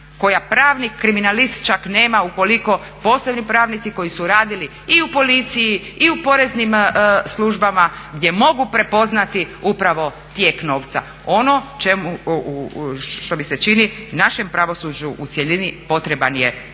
koja pravnik kriminalist čak nema ukoliko posebni pravnici koji su radili i u policiji, i u poreznim službama gdje mogu prepoznati upravo tijek novca. Ono čemu, što mi se čini našem pravosuđu u cjelini potreban je takav